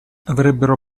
avrebbero